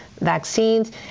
vaccines